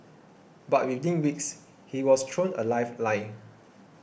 but within weeks he was thrown a lifeline